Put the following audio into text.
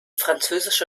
französische